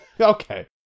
Okay